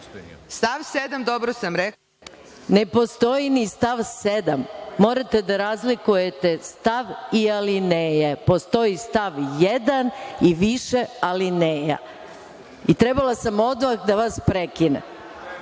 sam odmah da vas prekinem. Ne postoji ni stav 7. Morate da razlikujete stav i alineje. Postoji stav 1. i više alineja. Trebala sam odmah da vas prekinem.